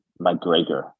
McGregor